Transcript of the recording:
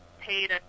paid